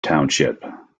township